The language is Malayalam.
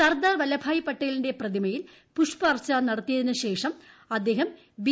സർദാർ വല്ലഭായി പട്ടേലിന്റെ പ്രതിമയിൽ പുഷ്പാർച്ചന നടത്തിയതിന് ശേഷം അദ്ദേഹം ബി